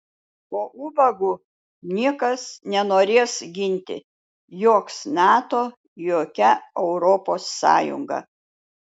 o ubagų niekas nenorės ginti joks nato jokia europos sąjunga